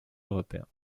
européen